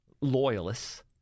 loyalists